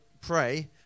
pray